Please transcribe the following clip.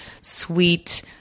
sweet